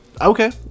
Okay